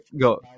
go